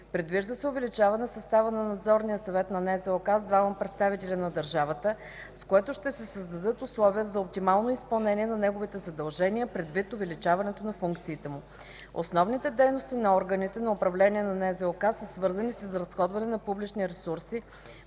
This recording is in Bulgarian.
Предвижда се увеличаване състава на Надзорния съвет на НЗОК с двама представители на държавата, с което ще се създадат условия за оптимално изпълнение на неговите задължения, предвид увеличаването на функциите му. Основните дейности на органите на управление на НЗОК са свързани с изразходване на публични ресурси,